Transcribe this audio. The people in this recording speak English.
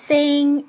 Sing